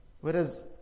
Whereas